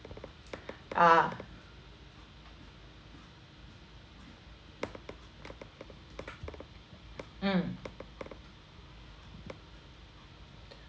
ah mm